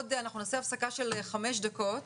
אנחנו נעשה הפסקה של חמש דקות